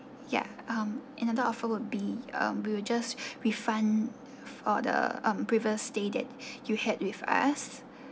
ya um another offer would be um we'll just refund for the um previous stay that you had with us